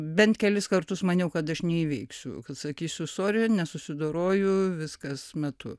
bent kelis kartus maniau kad aš neįveiksiu sakysiu sorry nesusidoroju viskas metu